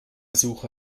suche